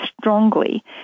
strongly